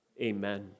amen